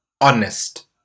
honest